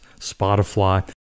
Spotify